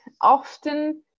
Often